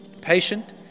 patient